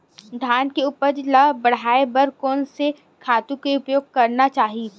धान के उपज ल बढ़ाये बर कोन से खातु के उपयोग करना चाही?